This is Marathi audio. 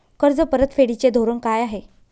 कर्ज परतफेडीचे धोरण काय आहे?